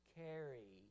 carry